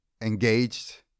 engaged